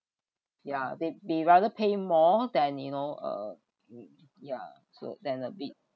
yeah they'd they be rather pay more than you know uh ya so than a bit